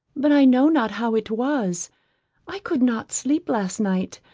but i know not how it was i could not sleep last night,